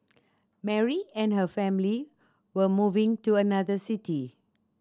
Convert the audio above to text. Mary and her family were moving to another city